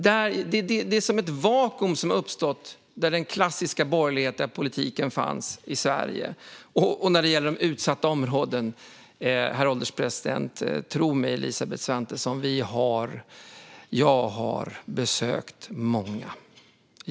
Det är som att det har uppstått ett vakuum där den klassiska borgerliga politiken fanns i Sverige. Och när det gäller utsatta områden, herr ålderspresident: Tro mig, Elisabeth Svantesson, jag har besökt många.